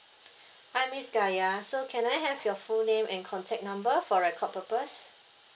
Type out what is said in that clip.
hi miss gaya so can I have your full name and contact number for record purpose